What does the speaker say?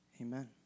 amen